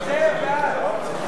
ההצעה להעביר את הצעת חוק הלוואות לדיור